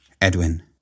Edwin